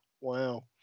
Wow